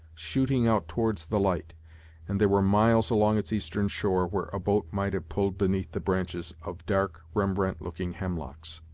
shooting out towards the light and there were miles along its eastern shore, where a boat might have pulled beneath the branches of dark rembrandt-looking hemlocks,